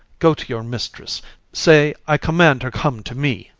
go to your mistress say, i command her come to me.